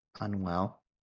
unwell